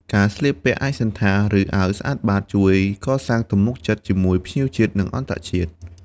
ការស្លៀកពាក់ឯកសណ្ឋាន ឬអាវស្អាតបាត ជួយកសាងទំនុកចិត្តជាមួយភ្ញៀវជាតិ និងអន្តរជាតិ។